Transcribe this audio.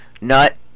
nut